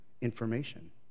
information